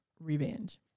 revenge